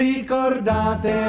Ricordate